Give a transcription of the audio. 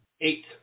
Eight